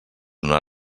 una